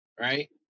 right